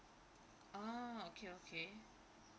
oh okay okay